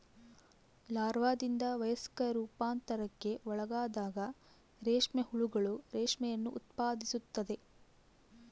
ಲಾರ್ವಾದಿಂದ ವಯಸ್ಕ ರೂಪಾಂತರಕ್ಕೆ ಒಳಗಾದಾಗ ರೇಷ್ಮೆ ಹುಳುಗಳು ರೇಷ್ಮೆಯನ್ನು ಉತ್ಪಾದಿಸುತ್ತವೆ